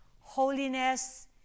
Holiness